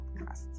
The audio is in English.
podcast